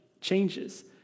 changes